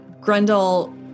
Grendel